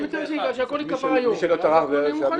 אני מקווה שהכול ייקבע היום, אנחנו מוכנים לזה.